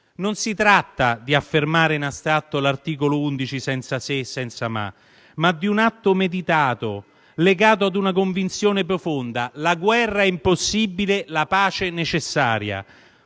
Non si tratta di affermare in astratto l'articolo 11 «senza se e senza ma», ma di un atto meditato, legato ad una convinzione profonda: la guerra è impossibile, la pace necessaria.